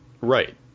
Right